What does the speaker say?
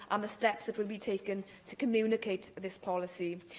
and the steps that will be taken to communicate this policy.